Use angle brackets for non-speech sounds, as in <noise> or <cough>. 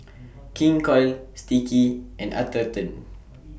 <noise> King Koil Sticky and Atherton